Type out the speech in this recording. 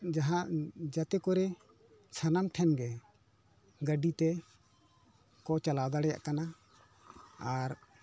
ᱡᱟᱦᱟᱸ ᱡᱟᱛᱮ ᱠᱚᱨᱮ ᱥᱟᱱᱟᱢ ᱴᱷᱮᱱ ᱜᱮ ᱜᱟᱹᱰᱤ ᱛᱮᱠᱚ ᱪᱟᱞᱟᱣ ᱫᱟᱲᱮᱭᱟᱜ ᱠᱟᱱᱟ ᱟᱨ